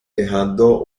dejando